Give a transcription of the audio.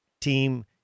team